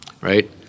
right